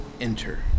enter